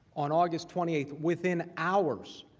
on august twenty eight within hours,